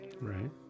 Right